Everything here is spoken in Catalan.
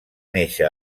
néixer